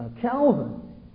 Calvin